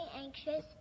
anxious